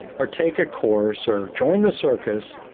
or take a course or join the circus.